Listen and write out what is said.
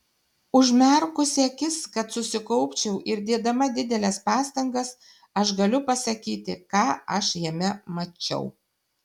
užmerkusi akis kad susikaupčiau ir dėdama dideles pastangas aš galiu pasakyti ką aš jame mačiau